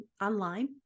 online